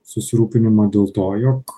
susirūpinimą dėl to jog